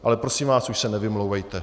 Ale prosím vás, už se nevymlouvejte.